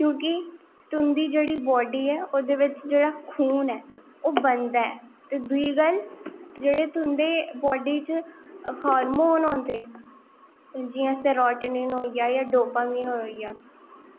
क्योंकि तुंदी जेह्ड़ी बॉड्डी ऐ ओह्दे बिच्च जेह्ड़ी खून ऐ ओह् बनदा ऐ ते दूई गल्ल जेह्ड़े तुंदी बॉड्डी बिच्च हार्मोन होंदे हून जियां सिरोलीन होईया जां डोपामाइन होईया